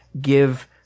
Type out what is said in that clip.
give